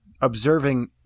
observing